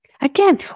Again